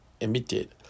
emitted